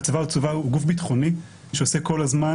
והצבא הוא גוף ביטחוני שעוסק כל הזמן